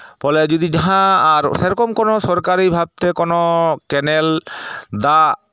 ᱯᱷᱚᱞᱮ ᱡᱟᱦᱟᱸ ᱥᱮᱨᱚᱠᱚᱢ ᱠᱚᱱᱳ ᱥᱚᱨᱠᱟᱨᱤ ᱵᱷᱟᱵᱽᱛᱮ ᱠᱚᱱᱳ ᱠᱮᱱᱮᱞ ᱫᱟᱜ